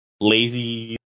lazy